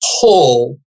pull